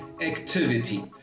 activity